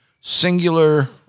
singular